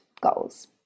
goals